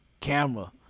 camera